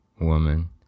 woman